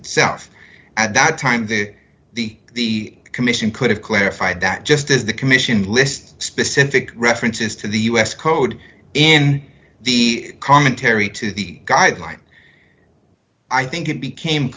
itself at that time that the commission could have clarified that just as the commission lists specific references to the u s code in the commentary to the guideline i think it became